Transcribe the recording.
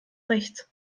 recht